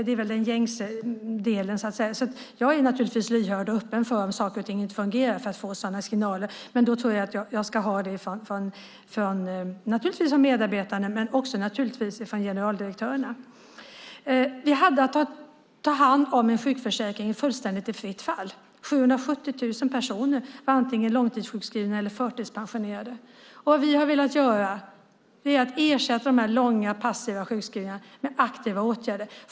Det är väl den gängse delen, så att säga. Jag är naturligtvis lyhörd och öppen om jag får signaler om att saker och ting inte fungerar. Jag kan få dessa signaler från medarbetarna, men också naturligtvis från generaldirektörerna. Vi hade att ta hand om en sjukförsäkring som var i fullständigt fritt fall. 770 000 personer var antingen långtidssjukskrivna eller förtidspensionerade. Vad vi har velat göra är att ersätta de långa, passiva sjukskrivningarna med aktiva åtgärder.